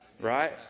right